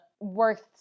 worth